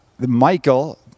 Michael